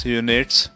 units